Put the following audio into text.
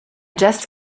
just